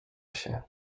się